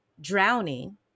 drowning